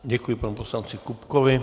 Děkuji panu poslanci Kupkovi.